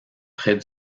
près